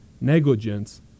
negligence